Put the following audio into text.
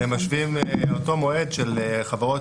משווים לאותו מועד של חברות,